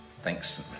Thanks